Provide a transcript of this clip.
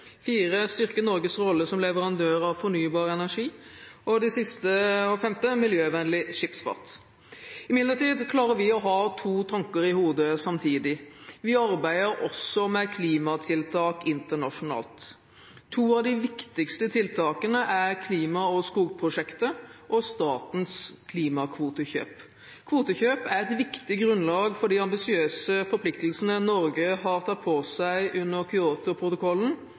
Norges rolle som leverandør av fornybar energi miljøvennlig skipsfart Imidlertid klarer vi å ha to tanker i hodet samtidig. Vi arbeider også med klimatiltak internasjonalt. To av de viktigste tiltakene er klima- og skogprosjektet og statens klimakvotekjøp. Kvotekjøp er et viktig grunnlag for de ambisiøse forpliktelsene Norge har tatt på seg under Kyotoprotokollen